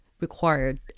required